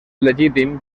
legítim